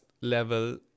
level